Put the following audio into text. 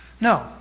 No